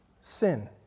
sin